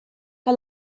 que